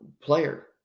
player